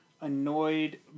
annoyed